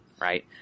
right